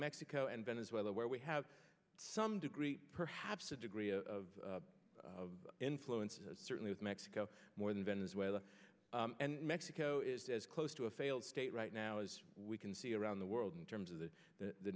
mexico and venezuela where we have some degree perhaps a degree of of influence certainly with mexico more than venezuela and mexico is as close to a failed state right now as we can see around the world in terms of the